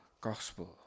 gospel